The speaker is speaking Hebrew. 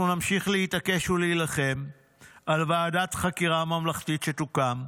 אנחנו נמשיך להתעקש ולהילחם על ועדת חקירה ממלכתית שתוקם,